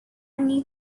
need